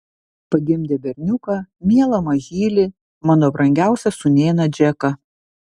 pagimdė berniuką mielą mažylį mano brangiausią sūnėną džeką